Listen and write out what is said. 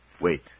wait